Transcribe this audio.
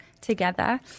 together